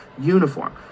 uniform